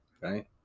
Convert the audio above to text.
right